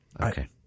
okay